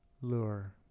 lure